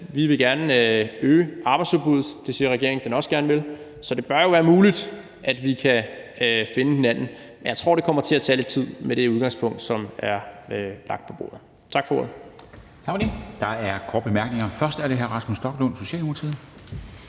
Vi vil gerne øge arbejdsudbuddet. Det siger regeringen den også gerne vil, så det bør jo være muligt, at vi kan finde hinanden. Men jeg tror, det kommer til at tage lidt tid med det udgangspunkt, som er lagt på bordet. Tak for ordet.